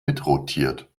mitrotiert